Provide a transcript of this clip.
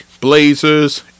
Blazers